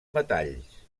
metalls